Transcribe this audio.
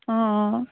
অঁ অঁ